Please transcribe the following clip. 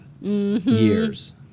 years